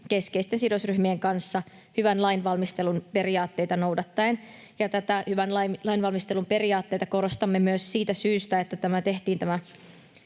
keskeisten sidosryhmien kanssa hyvän lainvalmistelun periaatteita noudattaen. Ja näitä hyvän lainvalmistelun periaatteita korostamme myös siitä syystä, että tämä